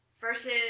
Versus